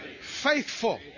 faithful